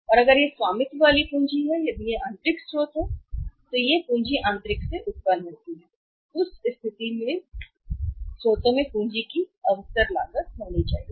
और अगर यह स्वामित्व वाली पूंजी है यदि यह आंतरिक स्रोत से है तो यह पूंजी आंतरिक से उत्पन्न होती है उस स्थिति में स्रोतों में पूंजी की अवसर लागत होनी चाहिए